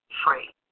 free